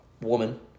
woman